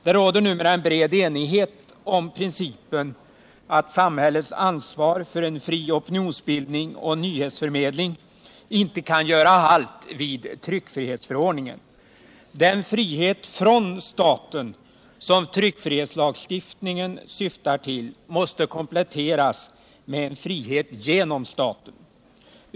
Det råder numera en bred enighet om principen att samhällets ansvar för en fri opinionsbildning och nyhetsförmedling inte kan göra halt vid tryckfrihetsförordningen. Den frihet från staten som tryckfrihetslagstiftningen syftar till måste kompletteras med en frihet genom staten.